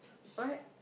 what